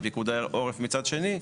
ופיקוד העורף מצד שני,